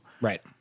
Right